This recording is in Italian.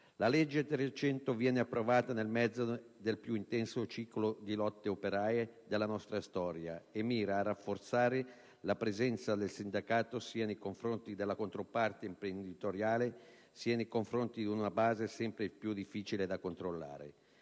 300 del 1970 venne approvata nel mezzo del più intenso ciclo di lotte operaie della nostra storia e mirò a rafforzare la presenza del sindacato, sia nei confronti della controparte imprenditoriale, sia nei confronti di una base sempre più difficile da controllare.